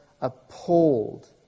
appalled